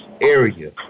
area